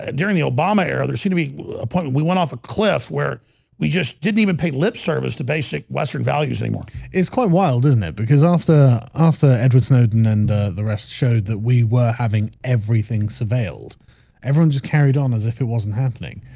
during the obama era there seem to be appointment we went off a cliff where we just didn't even pay lip service to basic western values anymore it's quite wild, isn't it? because off the author edward snowden and the rest showed that we were having everything surveilled everyone just carried on as if it wasn't happening.